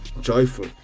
joyful